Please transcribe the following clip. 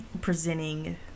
presenting